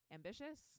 Ambitious